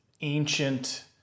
ancient